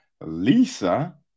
Lisa